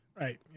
Right